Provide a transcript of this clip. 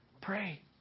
Pray